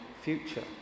future